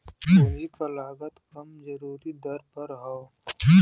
पूंजी क लागत कम जरूरी दर हौ